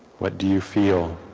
what do you feel